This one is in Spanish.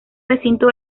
recinto